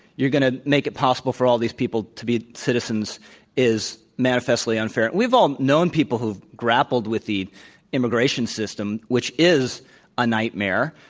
you're going to make it possible for all these people to be citizens is manifestly unfair. and we've all known people who have grappled with the immigration system, which is a nightmare.